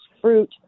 fruit